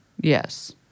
Yes